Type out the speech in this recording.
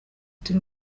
turi